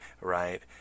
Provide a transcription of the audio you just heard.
right